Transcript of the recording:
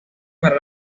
para